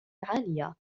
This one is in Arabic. عالية